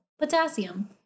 potassium